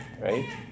right